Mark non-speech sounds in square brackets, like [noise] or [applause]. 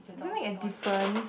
does it make a difference [noise]